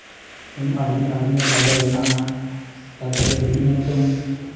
ᱤᱧ ᱟᱨᱢᱤ ᱟᱨᱢᱤᱭᱟᱜ ᱥᱟᱨᱵᱷᱟᱨ ᱢᱮᱱᱟᱜᱼᱟ ᱛᱟᱨᱯᱚᱨᱮ ᱵᱤᱵᱷᱤᱱᱱᱚ ᱨᱚᱠᱚᱢ